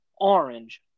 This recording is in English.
orange